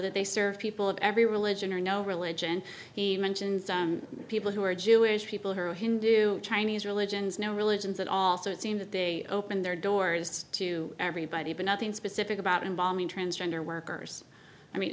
that they serve people of every religion or no religion he mentions people who are jewish people who are hindu chinese religions no religions at all so it seems that they open their doors to everybody but nothing specific about involving transgender workers i mean